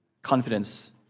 Confidence